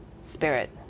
spirit